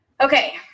okay